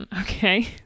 Okay